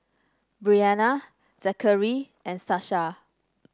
Briana Zackery and Sasha